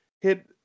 hit